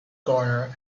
garner